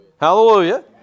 Hallelujah